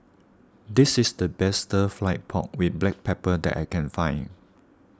this is the best Stir Fry Pork with Black Pepper that I can find